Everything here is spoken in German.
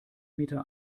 meter